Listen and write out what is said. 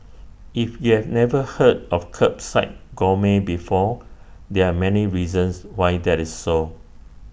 if you've never heard of Kerbside gourmet before there are many reasons why that is so